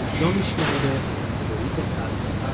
naomi schneider and federica sasso.